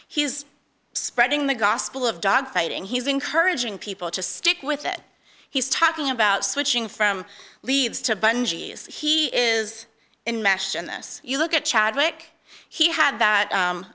he's spreading the gospel of dogfighting he's encouraging people to stick with it he's talking about switching from leads to bungee he is in mash and this you look at chadwick he had